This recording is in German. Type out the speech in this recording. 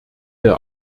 der